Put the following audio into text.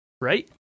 Right